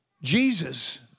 Jesus